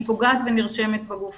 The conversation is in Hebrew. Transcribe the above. היא פוגעת ונרשמת בגוף,